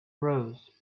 rose